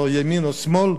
או ימין או שמאל,